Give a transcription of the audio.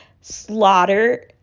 slaughter